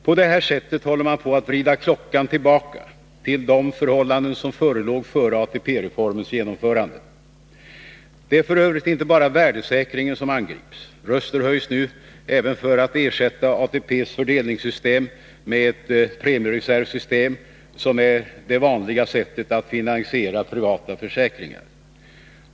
På det här sättet håller man på att vrida klockan tillbaka till de förhållanden som förelåg före ATP-reformens genomförande. Det är f. ö. inte bara värdesäkringen som angrips. Röster höjs nu även för att ersätta ATP:s fördelningssystem med ett premiereservsystem, som är det vanliga sättet att finansiera privata försäkringar.